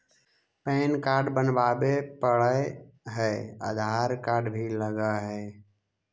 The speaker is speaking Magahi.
पैन कार्ड बनावे पडय है आधार कार्ड भी लगहै?